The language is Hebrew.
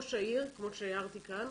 ראש העיר כמו שהערתי כאן,